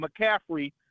McCaffrey